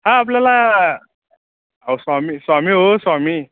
हा आपल्याला अहो स्वामी स्वामी अहो स्वामी